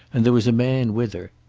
and there was a man with her.